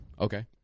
Okay